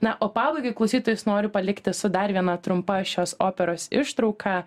na o pabaigai klausytojus noriu palikti su dar viena trumpa šios operos ištrauka